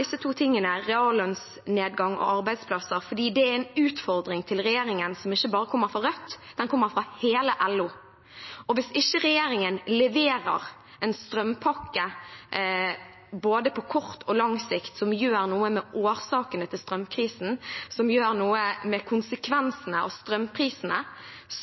disse to tingene – reallønnsnedgang og arbeidsplasser – fordi det er en utfordring til regjeringen som ikke bare kommer fra Rødt; den kommer fra hele LO. Hvis ikke regjeringen leverer en strømpakke – på både kort og lang sikt – som gjør noe med årsakene til strømpriskrisen, og som gjør noe med konsekvensene av strømprisene,